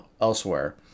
Elsewhere